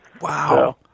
Wow